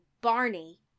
Barney